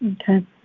Okay